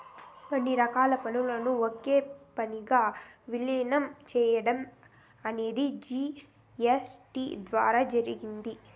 అన్ని రకాల పన్నులను ఒకే పన్నుగా విలీనం చేయడం అనేది జీ.ఎస్.టీ ద్వారా జరిగింది